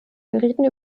gerieten